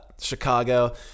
Chicago